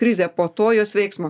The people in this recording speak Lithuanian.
krizė po to jos veiksmo